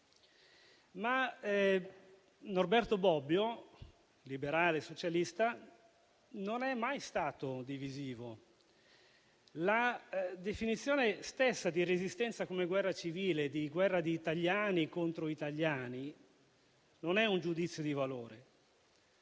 Ma Norberto Bobbio, liberale socialista, non è mai stato divisivo. La definizione stessa di Resistenza come guerra civile, di guerra di italiani contro italiani, è non un giudizio di valore,